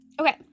okay